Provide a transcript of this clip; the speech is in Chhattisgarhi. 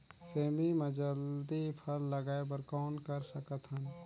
सेमी म जल्दी फल लगाय बर कौन कर सकत हन?